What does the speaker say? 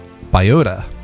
biota